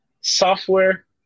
software